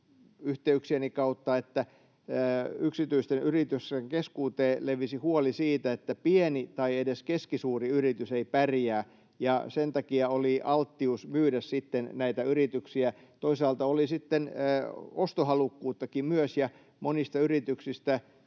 yhteyksieni kautta, että yksityisten yritysten keskuuteen levisi huoli siitä, että pieni tai edes keskisuuri yritys ei pärjää, ja sen takia oli alttius myydä sitten näitä yrityksiä. Toisaalta oli sitten ostohalukkuuttakin myös, monista yrityksistä